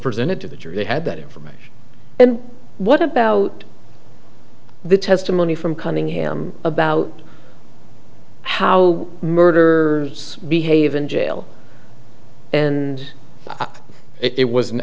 presented to the jury they had that information and what about the testimony from cunningham about how murder behave in jail and it